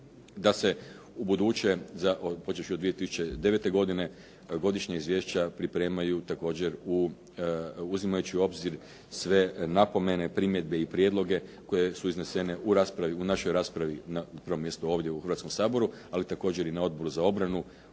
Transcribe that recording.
da se ubuduće, počevši od 2009. godine godišnja izvješća pripremaju također u, uzimajući u obzir sve napomene, primjedbe i prijedloge koje su iznesene u našoj raspravi u prvom mjestu ovdje u Hrvatskom saboru ali također i na Odboru za obranu,